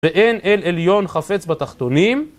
ואין אל עליון חפץ בתחתונים